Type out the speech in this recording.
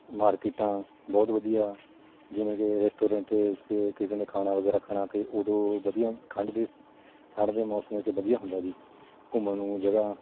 ਮਾਰਕੀਟਾਂ ਬਹੁਤ ਵਧੀਆ ਜਿਵੇਂ ਕਿ ਰੈਸਟੋਰੈਂਟ 'ਚ ਕਿਸੇ ਨੇ ਖਾਣਾ ਵਗੈਰਾ ਖਾਣਾ ਅਤੇ ਉਦੋਂ ਵਧੀਆ ਠੰਡ ਦੇ ਠੰਡ ਦੇ ਮੌਸਮ 'ਚ ਵਧੀਆ ਹੁੰਦਾ ਜੀ ਘੁੰਮਣ ਨੂੰ ਜਗ੍ਹਾ